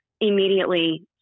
immediately